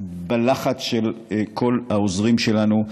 והלחץ של כל העוזרים שלנו.